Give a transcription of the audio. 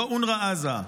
לא אונר"א עזה,